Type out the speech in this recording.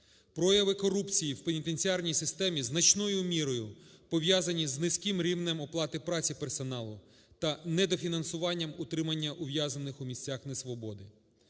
Прояви корупції в пенітенціарній системі значною мірою пов'язані з низьким рівнем оплати праці персоналу та недофінансуванням утримання ув'язнених у місцях несвободи.